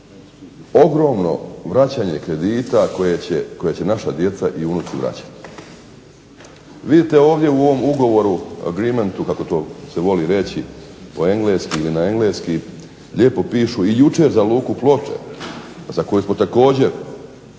ogromno vraćanje kredita koje će naša djeca i unici vraćati. Vidite ovdje u ovom ugovoru, agreementu kako to se voli reći po engleski ili na engleski, lijepo pišu i jučer za luku Ploče za koju smo također